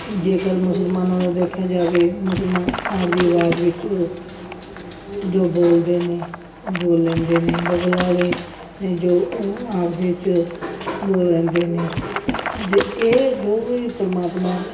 ਜੇਕਰ ਮੁਸਲਮਾਨਾਂ ਦਾ ਦੇਖਿਆ ਜਾਵੇ ਮੁਸਲਮਾਨ ਆਪਣੀ ਆਵਾਜ਼ ਵਿੱਚ ਉਹ ਜੋ ਬੋਲਦੇ ਨੇ ਉਹ ਬੋਲ ਲੈਂਦੇ ਨੇ ਬਬਲ ਵਾਲੇ ਨੇ ਜੋ ਉਹ ਆਪਣੇ 'ਚ ਬੋਲ ਲੈਂਦੇ ਨੇ ਜੇ ਇਹ ਜੋ ਵੀ ਪਰਮਾਤਮਾ